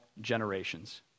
generations